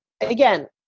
Again